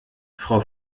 frau